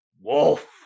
Wolf